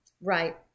Right